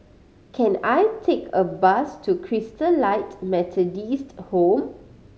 can I take a bus to Christalite Methodist Home